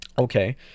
Okay